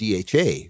dha